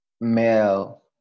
male